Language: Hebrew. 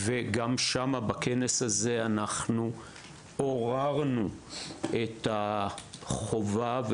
ובכנס הזה אנחנו עוררנו את החובה,